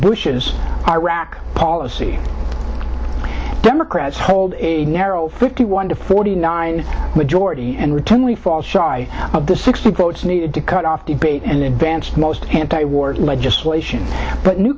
bush's iraq policy democrats hold a narrow fifty one to forty nine majority and return we fall shy of the sixty votes needed to cut off debate and advance most anti war legislation but new